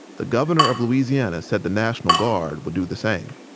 the governor of louisiana said the national guard would do the same.